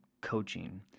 coaching